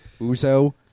Uzo